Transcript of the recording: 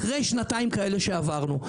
אחרי השנתיים האלה שעברנו.